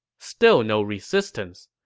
still no resistance.